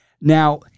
Now